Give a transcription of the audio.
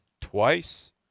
twice